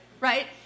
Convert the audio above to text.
right